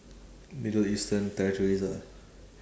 middle eastern territories ah